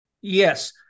Yes